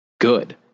good